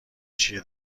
چیه